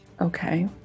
okay